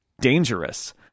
dangerous